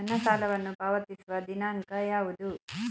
ನನ್ನ ಸಾಲವನ್ನು ಪಾವತಿಸುವ ದಿನಾಂಕ ಯಾವುದು?